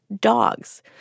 dogs